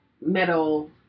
metal